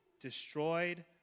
destroyed